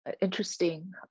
interesting